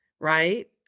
Right